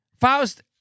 Faust